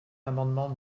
l’amendement